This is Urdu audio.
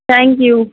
thank you